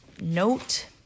note